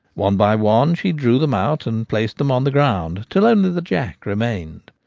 one by one she drew them out and placed them on the ground, till only the jack remained.